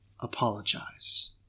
apologize